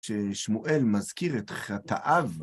כששמואל מזכיר את חטאיו...